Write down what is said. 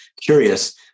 curious